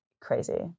crazy